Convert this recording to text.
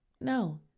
No